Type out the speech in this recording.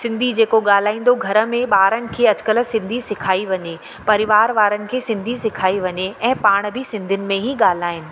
सिंधी जेको ॻाल्हाईंदो घर में ॿारनि खे अॼुकल्ह सिंधी सिखाई वञे परिवार वारनि खे सिंधी सिखाई वञे ऐं पाण बि सिंधियुनि में ई ॻाल्हाइनि